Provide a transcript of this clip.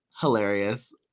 hilarious